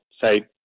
say